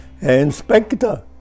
Inspector